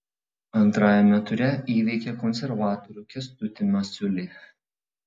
antrajame ture įveikė konservatorių kęstutį masiulį